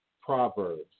proverbs